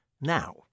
now